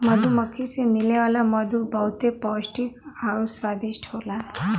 मधुमक्खी से मिले वाला मधु बहुते पौष्टिक आउर स्वादिष्ट होला